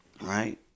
right